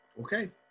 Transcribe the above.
Okay